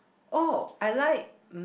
oh I like